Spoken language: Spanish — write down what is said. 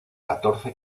catorce